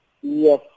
Yes